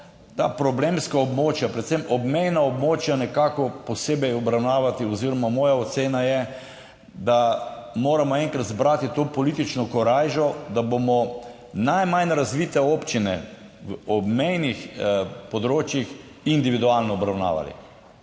ta problemska območja, predvsem obmejna območja, nekako posebej obravnavati oziroma moja ocena je, da moramo enkrat zbrati to politično korajžo, da bomo najmanj razvite občine na obmejnih območjih individualno obravnavali.